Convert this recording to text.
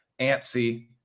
antsy